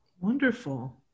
Wonderful